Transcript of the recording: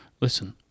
listen